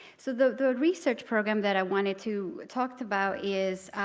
so the the research program that i wanted to talk about is